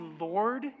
Lord